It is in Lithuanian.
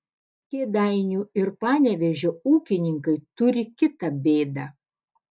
kėdainių ir panevėžio ūkininkai turi kitą bėdą